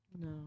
No